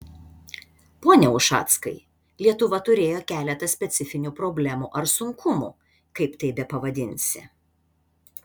pone ušackai lietuva turėjo keletą specifinių problemų ar sunkumų kaip tai bepavadinsi